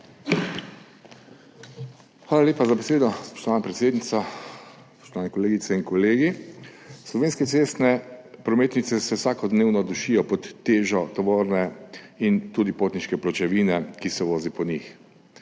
Hvala lepa za besedo, spoštovana predsednica. Spoštovani kolegice in kolegi! Slovenske cestne prometnice se vsakodnevno dušijo pod težo tovorne in tudi potniške pločevine, ki se vozi po njih.